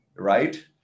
right